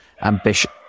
ambition